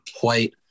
white